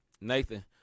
Nathan